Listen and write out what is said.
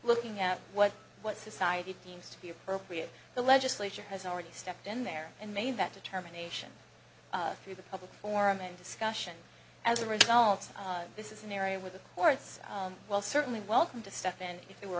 looking at what what society deems to be appropriate the legislature has already stepped in there and made that determination through the public forum and discussion as a result this is an area where the courts will certainly welcome to step in if